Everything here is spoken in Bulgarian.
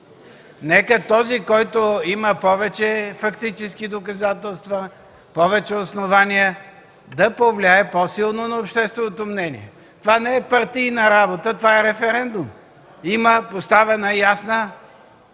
Нека този, който има повече фактически доказателства, повече основания, да повлияе по-силно на общественото мнение. Това не е партийна работа, това е референдум. Има поставена ясна